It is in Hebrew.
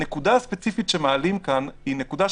הנקודה הספציפית שמעלים כאן היא נקודה,